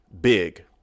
big